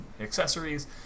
accessories